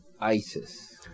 ISIS